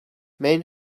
men